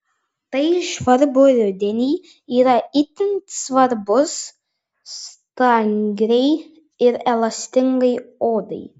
tai žvarbų rudenį yra itin svarbus stangriai ir elastingai odai